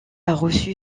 reçu